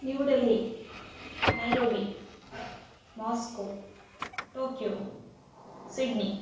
new Delhi Nairobi Moscow Tokyo Sydney